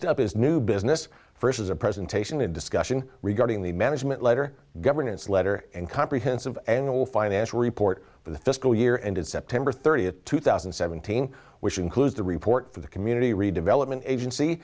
up is new business first as a presentation a discussion regarding the management letter governance letter and comprehensive and all financial report for the fiscal year ended september thirtieth two thousand and seventeen which includes the report for the community redevelopment agency